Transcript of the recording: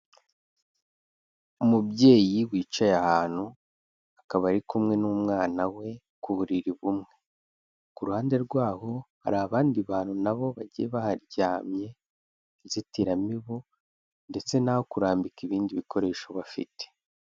Umubyeyi wicaye ahantu, akaba ari kumwe n'umwana we ku buriri bumwe. Ku ruhande rwabo hari abandi bantu na bo bagiye baharyamye, inzitiramibu ndetse n'aho kurambika ibindi bikoresho bafite.